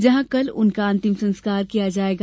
जहां कल उनका अंतिम संस्कार किया जाएगा